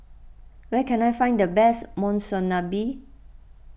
where can I find the best Monsunabe